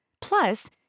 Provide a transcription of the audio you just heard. Plus